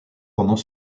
pendant